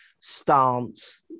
stance